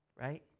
right